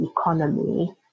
economy